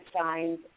signs